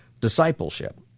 discipleship